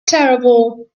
terrible